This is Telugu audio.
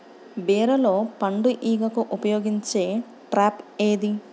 బీరలో పండు ఈగకు ఉపయోగించే ట్రాప్ ఏది?